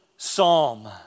psalm